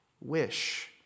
wish